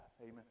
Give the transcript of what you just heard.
Amen